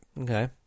Okay